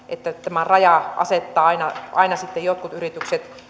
että tämä raja asettaa aina aina sitten jotkut yritykset